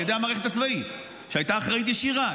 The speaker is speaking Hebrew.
על ידי המערכת הצבאית שהייתה אחראית ישירה,